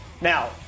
Now